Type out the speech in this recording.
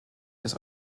des